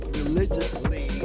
religiously